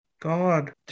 God